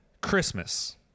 Christmas